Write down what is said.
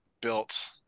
built